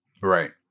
Right